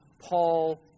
Paul